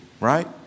right